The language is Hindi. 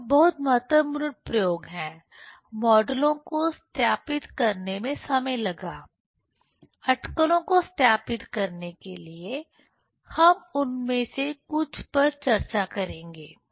यहां बहुत महत्वपूर्ण प्रयोग हैं मॉडलों को सत्यापित करने में समय लगा अटकलों को सत्यापित करने के लिए हम उनमें से कुछ पर चर्चा करेंगे